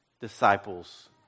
disciples